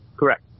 Correct